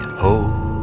hope